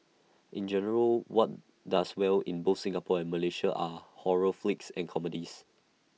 in general what does well in both Singapore and Malaysia are horror flicks and comedies